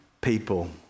people